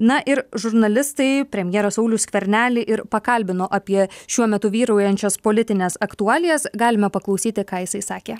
na ir žurnalistai premjerą saulių skvernelį ir pakalbino apie šiuo metu vyraujančias politines aktualijas galime paklausyti ką jisai sakė